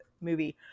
movie